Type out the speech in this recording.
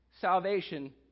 salvation